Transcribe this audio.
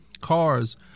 cars